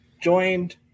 joined